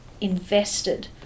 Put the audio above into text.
invested